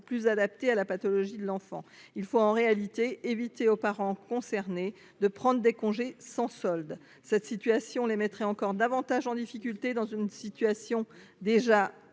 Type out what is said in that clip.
adapté à la pathologie de l’enfant. Il convient donc d’éviter aux parents concernés de prendre des congés sans solde. Cette situation les mettrait encore davantage en difficulté dans une situation déjà